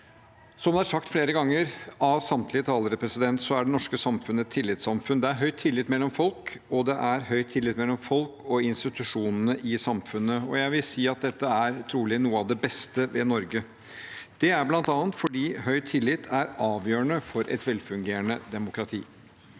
Som det er sagt flere ganger, av samtlige talere, er det norske samfunnet et tillitssamfunn. Det er høy tillit mellom folk, og det er høy tillit mellom folk og institusjonene i samfunnet. Jeg vil si at dette er trolig noe av det beste ved Norge. Det er bl.a. fordi høy tillit er avgjørende for et velfungerende demokrati.